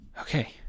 okay